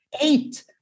Eight